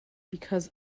because